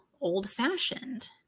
old-fashioned